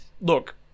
look